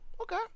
Okay